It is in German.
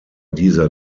dieser